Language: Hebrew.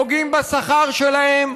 פוגעים בשכר שלהם,